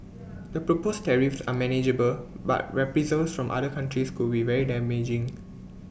the proposed tariffs are manageable but reprisals from other countries could be very damaging